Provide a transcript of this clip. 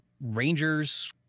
Rangers